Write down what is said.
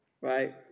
right